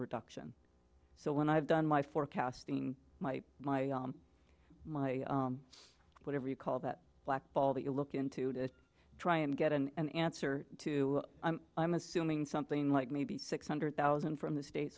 reduction so when i've done my forecasting my my my whatever you call that black ball that you look into to try and get an answer to i'm assuming something like maybe six hundred thousand from the state